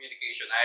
communication